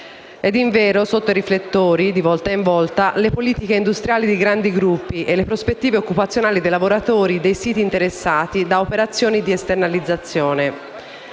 Invero, sotto i riflettori, di volta in volta, sono state le politiche industriali di grandi gruppi e le prospettive occupazionali dei lavoratori dei siti interessati da operazioni di esternalizzazione